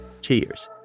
Cheers